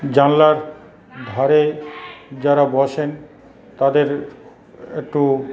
জানলার ধারে যারা বসেন তাদের একটু